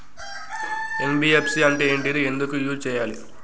NBFC అంటే ఏంటిది ఎందుకు యూజ్ చేయాలి?